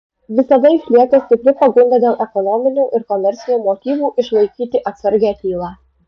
visada išlieka stipri pagunda dėl ekonominių ir komercinių motyvų išlaikyti atsargią tylą